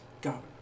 go